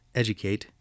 educate